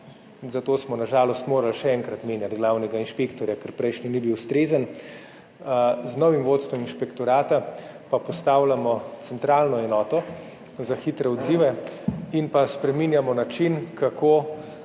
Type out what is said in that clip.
zato smo na žalost morali še enkrat menjati glavnega inšpektorja, ker prejšnji ni bil ustrezen. Z novim vodstvom inšpektorata pa postavljamo centralno enoto za hitre odzive in pa spreminjamo način, kako